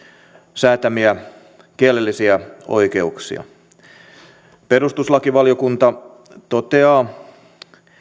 säätämiä kielellisiä oikeuksia perustuslakivaliokunta toteaa